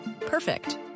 Perfect